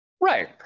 right